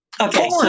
Okay